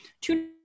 Two